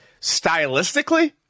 Stylistically